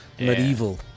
medieval